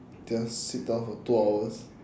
just sit down for two hours